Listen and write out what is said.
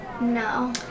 No